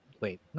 Wait